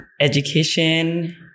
education